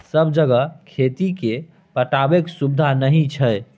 सब जगह खेत केँ पटेबाक सुबिधा नहि छै